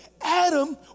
Adam